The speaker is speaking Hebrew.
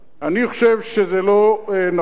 אני חושב שזה לא נכון,